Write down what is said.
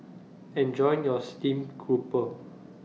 Enjoy your Stream Grouper